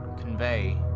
convey